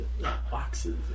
Boxes